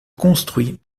construit